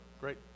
Great